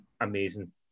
amazing